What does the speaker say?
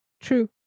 true